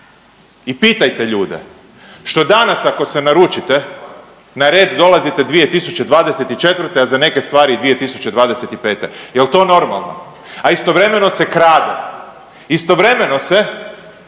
i pitajte ljude, što danas, ako se naručite, na red dolazite 2024., a za neke stvari i 2025. Je li to normalno? A istovremeno se krade. Istovremeno se